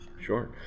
Sure